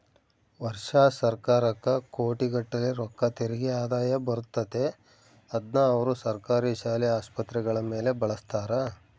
ವರ್ಷಾ ಸರ್ಕಾರಕ್ಕ ಕೋಟಿಗಟ್ಟಲೆ ರೊಕ್ಕ ತೆರಿಗೆ ಆದಾಯ ಬರುತ್ತತೆ, ಅದ್ನ ಅವರು ಸರ್ಕಾರಿ ಶಾಲೆ, ಆಸ್ಪತ್ರೆಗಳ ಮೇಲೆ ಬಳಸ್ತಾರ